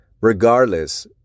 regardless